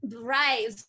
Right